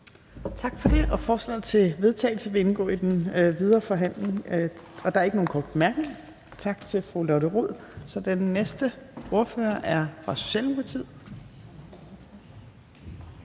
Tak for det. Forslaget til vedtagelse vil indgå i den videre forhandling. Der er ikke nogen korte bemærkninger. Tak til fru Lotte Rod. Den næste ordfører er fra Socialdemokratiet.